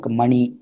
money